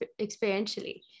experientially